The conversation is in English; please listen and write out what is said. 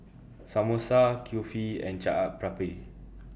Samosa Kulfi and Chaat Papri